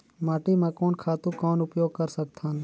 माटी म कोन खातु कौन उपयोग कर सकथन?